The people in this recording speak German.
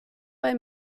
bei